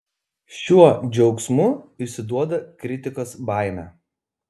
šiuo džiaugsmu išsiduoda kritikos baimę